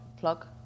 Plug